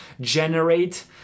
generate